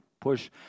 push